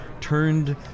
turned